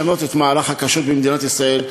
לשנות את מערך הכשרות במדינת ישראל,